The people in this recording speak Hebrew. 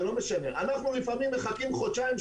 אנחנו לפעמים מחכים חודשיים,